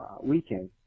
weekend